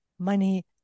money